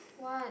what